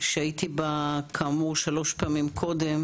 שהייתי בה כאמור שלוש פעמים קודם.